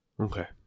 Okay